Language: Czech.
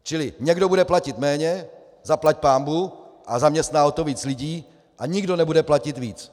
Čili někdo bude platit méně, zaplať pánbůh, a zaměstná o to víc lidí, a nikdo nebude platit víc.